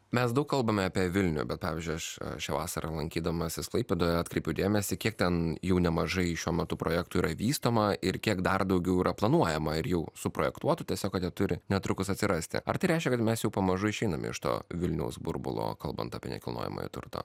mes daug kalbame apie vilnių bet pavyzdžiui aš šią vasarą lankydamasis klaipėdoje atkreipiau dėmesį kiek ten jau nemažai šiuo metu projektų yra vystoma ir kiek dar daugiau yra planuojama ir jau suprojektuotų tiesiog kad jie turi netrukus atsirasti ar tai reiškia kad mes jau pamažu išeiname iš to vilniaus burbulo kalbant apie nekilnojamąjį turtą